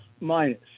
minus